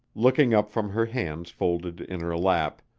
looking up from her hands folded in her lap,